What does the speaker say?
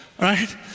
right